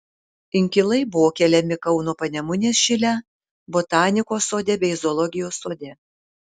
inkilai buvo keliami kauno panemunės šile botanikos sode bei zoologijos sode